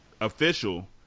official